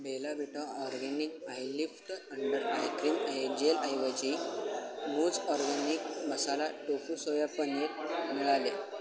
Bela Vita Organic eyelift under eye cream eye जेलऐवजी mousse organic masala tofu soya paneer मिळाले